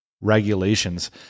regulations